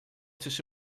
tisch